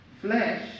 Flesh